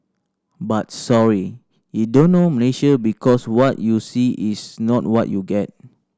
but sorry you don't know Malaysia because what you see is not what you get